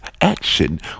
action